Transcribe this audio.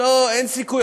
אין סיכוי.